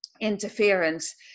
interference